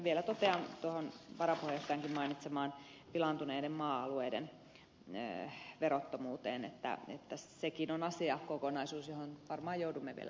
vielä totean tuohon varapuheenjohtajankin mainitsemaan pilaantuneiden maa alueiden verottomuuteen että sekin on asiakokonaisuus johon varmaan joudumme vielä palaamaan